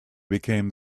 become